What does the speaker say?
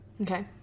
Okay